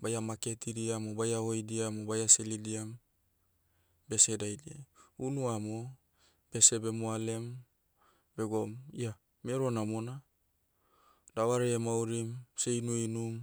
Baia maketidiam o baia hoidiam o baia selidiam, bese daidiai. Unu amo, bese bemoalem, begoum, ia, mero namona. Davarai emaurim, seh inuinum,